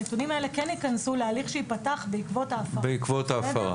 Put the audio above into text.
הנתונים האלה כן יכנסו להליך שייפתח בעקבות ההפרה.